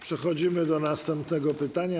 Przechodzimy do następnego pytania.